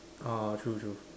ah true true